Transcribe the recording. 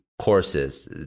courses